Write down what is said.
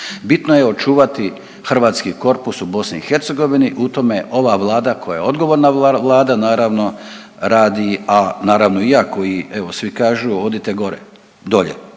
Bitno je očuvati hrvatski korpus u BiH u tome je ova vlada koja je odgovorna vlada naravno radi, a naravno i ja koji evo svi kažu odite gore, dolje,